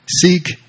seek